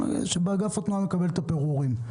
שאגף התנועה מקבל את הפירורים.